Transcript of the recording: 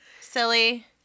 silly